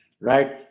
right